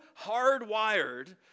hardwired